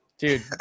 Dude